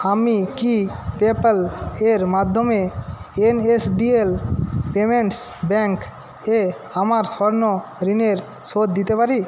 আমি কি পেপ্যালের মাধ্যমে N S D L payments ব্যাংকে আমার স্বর্ণ ঋণের শোধ দিতে পারি